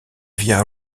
via